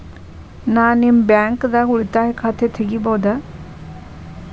ನಾ ನಿಮ್ಮ ಬ್ಯಾಂಕ್ ದಾಗ ಉಳಿತಾಯ ಖಾತೆ ತೆಗಿಬಹುದ?